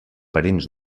parents